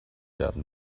werden